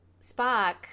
spock